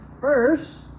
first